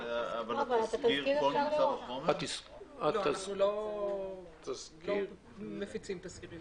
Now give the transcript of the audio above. אבל התזכיר --- אנחנו לא מפיצים תזכירים.